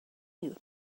you